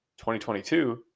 2022